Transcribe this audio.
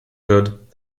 good